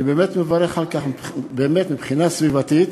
אני באמת מברך על כך, באמת מבחינה סביבתית